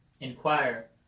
inquire